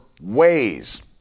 ways